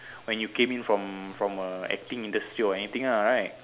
when you came in from from a acting industry or anything ah right